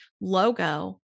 logo